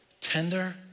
Tender